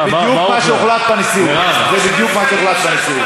זה בדיוק מה שהוחלט בנשיאות.